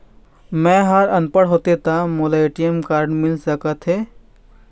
मैं ह अनपढ़ होथे ता मोला ए.टी.एम कारड मिल सका थे?